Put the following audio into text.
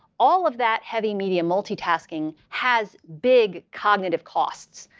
all of that heavy media multitasking has big cognitive costs.